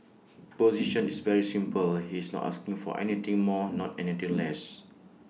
position is very simple he is not asking for anything more not anything less